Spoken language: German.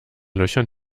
löchern